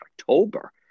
October